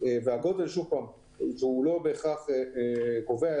הגודל הוא לא בהכרח קובע,